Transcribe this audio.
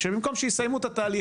שבמקום שהם יסיימו את התהליך,